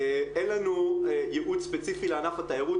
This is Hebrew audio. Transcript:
אין לנו ייעוד ספציפי לענף התיירות,